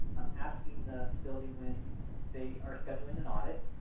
um asking the facility when they are scheduling an audit,